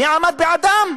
מי עצר בעדם?